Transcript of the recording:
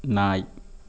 நாய்